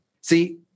See